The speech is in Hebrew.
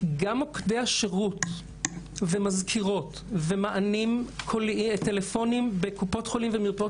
גם מוקדי השירות ומזכירות ומענים טלפוניים בקופות חולים ומרפאות